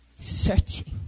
Searching